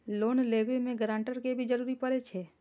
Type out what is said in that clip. Loan लेबे में guarantor के भी जरूरी परे छै?